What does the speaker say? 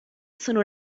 sono